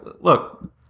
Look